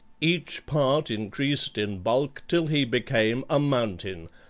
each part increased in bulk till he became a mountain,